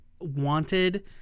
wanted